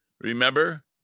Remember